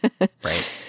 Right